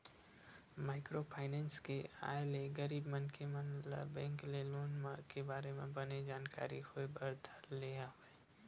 micro finance के आय ले गरीब मनखे मन ल बेंक के लोन मन के बारे म बने जानकारी होय बर धर ले हवय